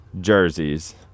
jerseys